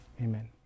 Amen